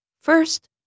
First